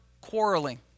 quarreling